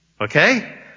Okay